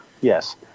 Yes